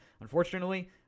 Unfortunately